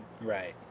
right